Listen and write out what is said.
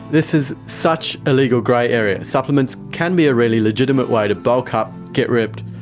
this is such a legal grey area. supplements can be a really legitimate way to bulk up, get ripped,